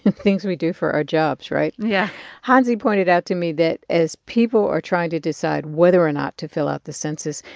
and things we do for our jobs, right? yeah hansi pointed out to me that as people are trying to decide whether or not to fill out the census,